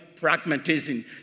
pragmatism